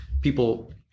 people